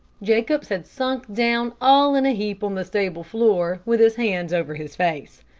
jacobs had sunk down all in a heap on the stable floor, with his hands over his face.